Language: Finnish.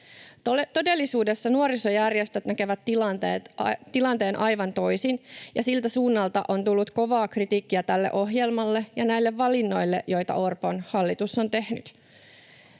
Todellisuudessa nuorisojärjestöt näkevät tilanteen aivan toisin, ja siltä suunnalta on tullut kovaa kritiikkiä tälle ohjelmalle ja näille valinnoille, joita Orpon hallitus on tehnyt.